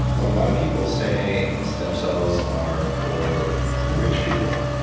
a lot of people say stem cells are for rich people.